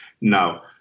Now